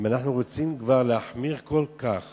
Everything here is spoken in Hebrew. אם אנחנו רוצים כבר להחמיר כל כך